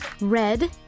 Red